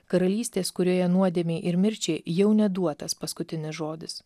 karalystės kurioje nuodėmei ir mirčiai jau neduotas paskutinis žodis